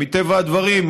מטבע הדברים,